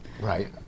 right